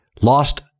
Lost